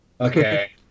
Okay